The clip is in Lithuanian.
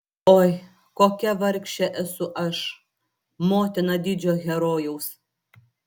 oi kokia vargšė esu aš motina didžio herojaus